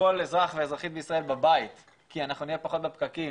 לכל אזרח ואזרחים בישראל בבית כי אנחנו נהיה פחות בפקקים